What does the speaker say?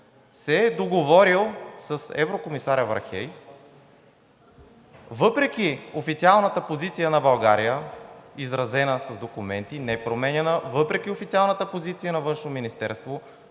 се е договорил с еврокомисаря Вархеи, въпреки официалната позиция на България, изразена с документи и непроменяна, въпреки официалната позиция на